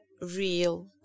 real